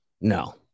no